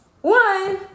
one